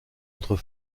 entre